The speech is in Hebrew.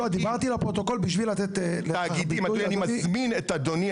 אני מזמין את אדוני,